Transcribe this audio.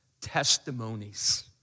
testimonies